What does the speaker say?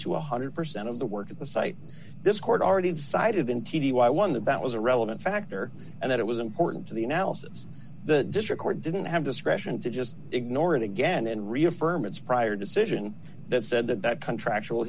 one hundred percent of the work at the site this court already decided in t t y one that that was a relevant factor and that it was important to the analysis the district court didn't have discretion to just ignore it again and reaffirm its prior decision that said that that contractual